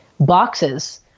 boxes